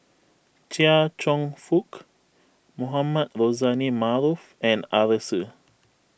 Chia Cheong Fook Mohamed Rozani Maarof and Arasu